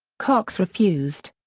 cox refused.